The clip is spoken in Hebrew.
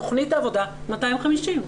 בתכנית העבודה 250 מיליון.